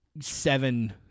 seven